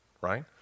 right